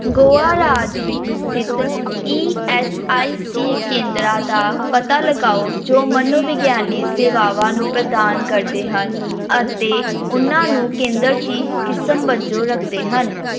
ਗੋਆ ਰਾਜ ਵਿੱਚ ਸਥਿਤ ਈ ਐਸ ਆਈ ਸੀ ਕੇਂਦਰਾਂ ਦਾ ਪਤਾ ਲਗਾਓ ਜੋ ਮਨੋਵਿਗਿਆਨੀ ਸੇਵਾਵਾਂ ਨੂੰ ਪ੍ਰਦਾਨ ਕਰਦੇ ਹਨ ਅਤੇ ਉਹਨਾਂ ਨੂੰ ਕੇਂਦਰ ਦੀ ਕਿਸਮ ਵਜੋਂ ਰੱਖਦੇ ਹਨ